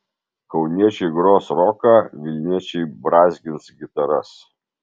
kauniečiai gros roką vilniečiai brązgins gitaras